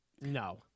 No